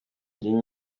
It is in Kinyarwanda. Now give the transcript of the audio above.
iyo